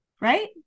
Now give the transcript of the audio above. Right